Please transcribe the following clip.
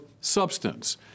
substance